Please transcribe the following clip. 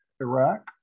Iraq